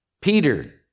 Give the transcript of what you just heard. Peter